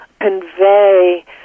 convey